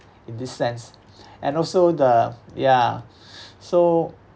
in this sense and also the ya so